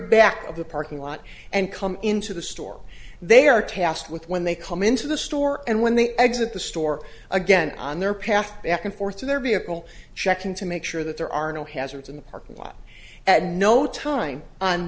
back of the parking lot and come into the store they are tasked with when they come into the store and when they exit the store again on their path back and forth to their vehicle checking to make sure that there are no hazards in the parking lot at no time on